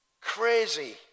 crazy